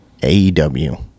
AEW